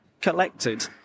collected